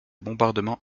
bombardements